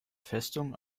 festung